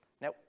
Now